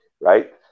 right